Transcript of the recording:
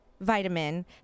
vitamin